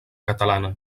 catalana